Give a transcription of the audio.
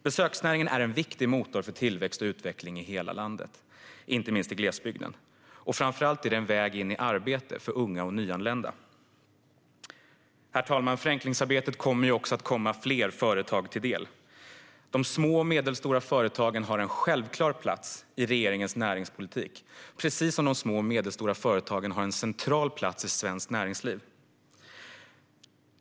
Besöksnäringen är en viktig motor för tillväxt och utveckling i hela landet, inte minst i glesbygden. Framför allt är den en väg in i arbete för unga och nyanlända. Herr talman! Förenklingsarbetet kommer att komma fler företag till del. De små och medelstora företagen har en självklar plats i regeringens näringspolitik, precis som de har en central plats i svenskt näringsliv.